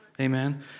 Amen